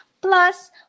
Plus